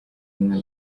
umwe